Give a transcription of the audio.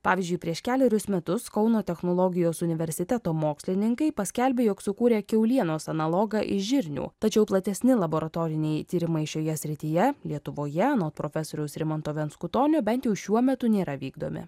pavyzdžiui prieš kelerius metus kauno technologijos universiteto mokslininkai paskelbė jog sukūrė kiaulienos analogą iš žirnių tačiau platesni laboratoriniai tyrimai šioje srityje lietuvoje anot profesoriaus rimanto venskutonio bent jų šiuo metu nėra vykdomi